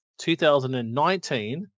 2019